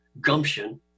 gumption